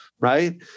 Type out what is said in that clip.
Right